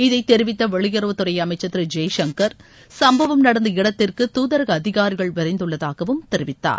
இதை தெரிவித்த வெளியுறவுத்துறை அமைச்சர் திரு ஜெய்சங்கர் சம்பவம் நடந்த இடத்திற்கு துதரக அதிகாரிகள் விரைந்துள்ளதாகவும் தெரிவித்தார்